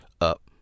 up